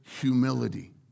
humility